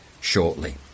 shortly